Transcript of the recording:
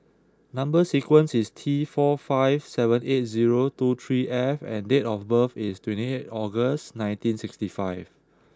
number sequence is T four five seven eight zero two three F and date of birth is twenty eight August nineteen sixty five